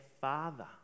father